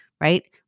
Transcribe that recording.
right